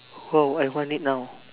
oh I want it now